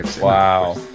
Wow